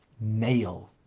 male